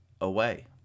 away